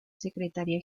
secretaria